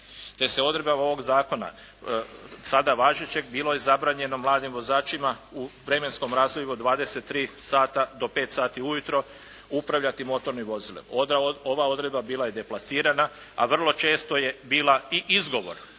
Te se odredbama ovoga zakona, sada važećeg bilo je zabranjeno mladim vozačkima u vremenskom razdoblju od 23 sata do 5 sati ujutro upravljati motornim vozilom. Ova odredba bila je deplasirana, a vrlo često je bila i izgovor